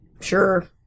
Sure